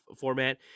format